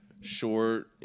Short